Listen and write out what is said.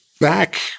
Back